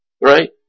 Right